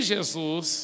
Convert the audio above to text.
Jesus